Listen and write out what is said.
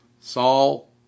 Saul